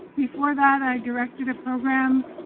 before that i directed a program